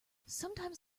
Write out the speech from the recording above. sometimes